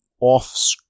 off